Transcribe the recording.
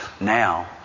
now